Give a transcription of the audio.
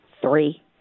three